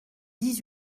dix